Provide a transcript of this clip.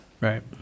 Right